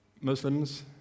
Muslims